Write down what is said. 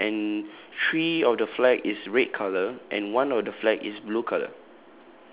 ya and three of the flag is red colour and one of the flag is blue colour